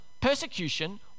persecution